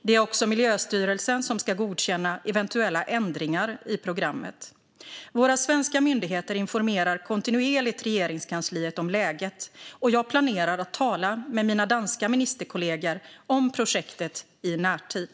Det är också Miljøstyrelsen som ska godkänna eventuella ändringar i programmet. Våra svenska myndigheter informerar kontinuerligt Regeringskansliet om läget, och jag planerar att tala med mina danska ministerkollegor om projektet i närtid.